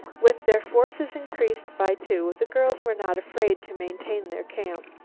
with their forces increased by two the girls were not afraid to maintain their camp.